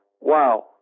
wow